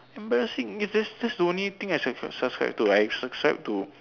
embarrassing that's that's the only thing I sub~ subscribe to I subscribe to